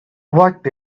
what